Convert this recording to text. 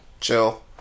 Chill